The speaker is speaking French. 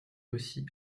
aussi